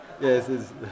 Yes